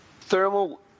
Thermal